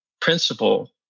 principle